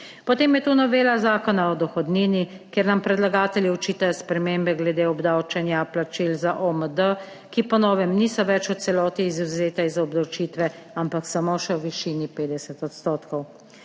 Potem je tu novela Zakona o dohodnini, kjer nam predlagatelji očitajo spremembe glede obdavčenja plačil za OMD, ki po novem niso več v celoti izvzete iz obdavčitve, ampak samo še v višini 50 %.